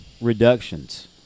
reductions